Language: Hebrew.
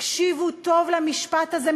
תקשיבו טוב למשפט הזה,